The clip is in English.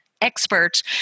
expert